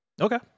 Okay